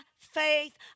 faith